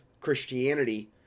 Christianity